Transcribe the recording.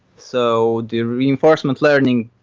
so the reinforcement learning,